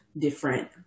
different